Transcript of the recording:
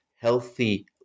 healthy